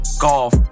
golf